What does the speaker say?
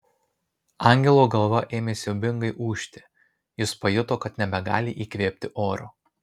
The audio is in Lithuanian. angelo galva ėmė siaubingai ūžti jis pajuto kad nebegali įkvėpti oro